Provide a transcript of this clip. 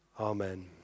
Amen